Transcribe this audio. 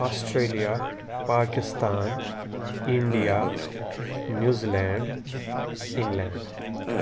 Australia Pakistan India New Zealand England